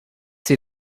see